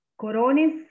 Coronis